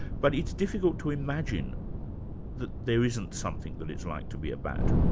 but it's difficult to imagine that there isn't something that it's like to be a bat,